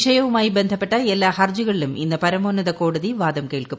വിഷയവുമായി ബന്ധപ്പെട്ട എല്ലാ ഹർജികളിലും ഇന്ന് പരമോന്നത കോടതി വാദം കേൾക്കും